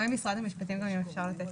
בבקשה.